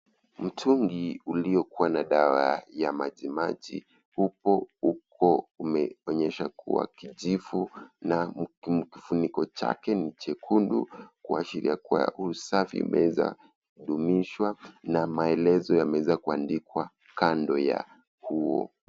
Mtungi uliokuwa dawa ya majimaji, upo hupo umeonyesha kuwa kijivu kifuniko chake ni chekundu kuashiria kuwa usafi umeweza dhumishwa na maelezo yameweza kuanndikwa kando ya huo.